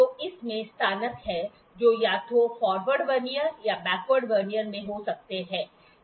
तो इसमें स्नातक हैं जो या तो फॉरवर्ड वर्नियर या बैकवर्ड वर्नियर में हो सकते हैं